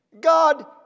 God